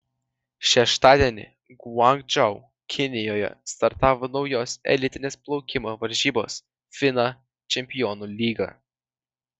šeštadienį guangdžou kinijoje startavo naujos elitinės plaukimo varžybos fina čempionų lyga